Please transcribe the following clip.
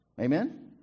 Amen